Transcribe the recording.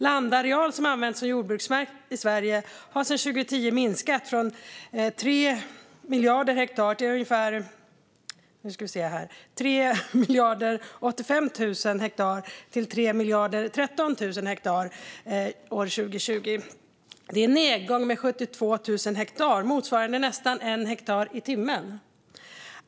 Landareal som används som jordbruksmark i Sverige har sedan år 2010 minskat från 3 085 365 hektar till 3 013 041 hektar år 2020. Det är en nedgång med 72 324 hektar, motsvarande nästan 1 hektar i timmen.